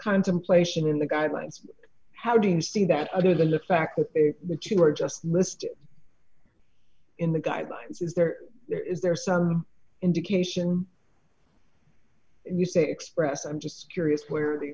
contemplation in the guidelines how do you see that other than the fact that you are just missed in the guidelines is there is there some indication you say express i'm just curious where the